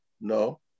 No